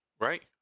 Right